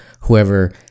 whoever